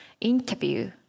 interview